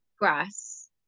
grass